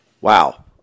Wow